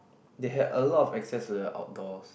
they had a lot of access to the outdoors